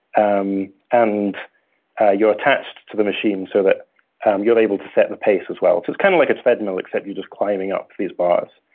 um and ah you're attached to the machine so that you're able to set the pace as well. so it's kind of like a treadmill, except you're just climbing up these bars.